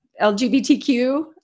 lgbtq